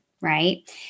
right